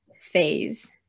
phase